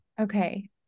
Okay